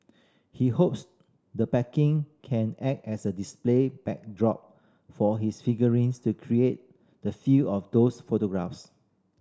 he hopes the packaging can act as a display backdrop for his figurines to recreate the feel of those photographs